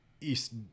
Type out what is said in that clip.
East